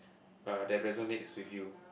uh that resonates with you